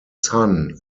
son